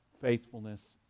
faithfulness